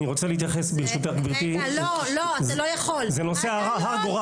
אני רוצה להתייחס ברשותך גברתי, זה נושא הרה גורל.